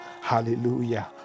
Hallelujah